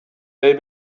they